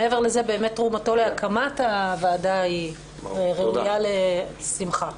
מעבר לזה, תרומתו להקמת הוועדה ראויה לשמחה.